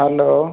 hello